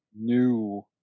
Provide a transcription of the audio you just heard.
new